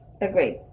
Agreed